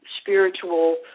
spiritual